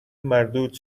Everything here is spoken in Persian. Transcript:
مردود